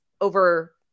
over